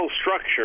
structure